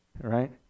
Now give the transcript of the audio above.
right